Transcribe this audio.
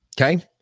Okay